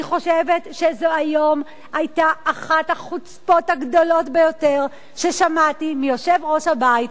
אני חושבת שהיום היתה אחת החוצפות הגדולות ביותר ששמעתי מיושב-ראש הבית.